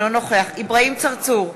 אינו נוכח אברהים צרצור,